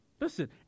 listen